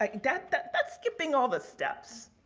like that's skipping all the steps.